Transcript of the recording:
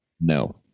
No